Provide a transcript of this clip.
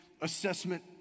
assessment